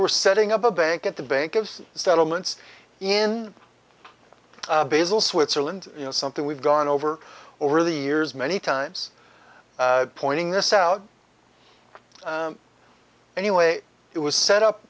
were setting up a bank at the bank of settlements in basal switzerland you know something we've gone over over the years many times pointing this out any way it was set up